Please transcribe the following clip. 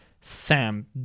Sam